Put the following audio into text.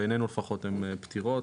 בעינינו לפחות הן פתירות,